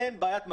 אין בעיית מקום.